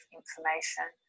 information